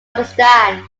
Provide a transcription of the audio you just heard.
understand